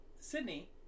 Sydney